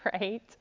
right